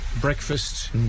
breakfast